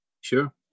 Sure